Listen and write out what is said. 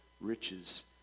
riches